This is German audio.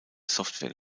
software